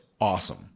awesome